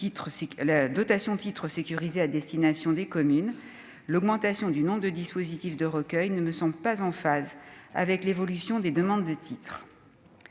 la dotation Titres sécurisés à destination des communes, l'augmentation du nombre de dispositifs de recueil ne me sont pas en phase avec l'évolution des demandes de titres